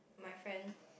my friend